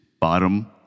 bottom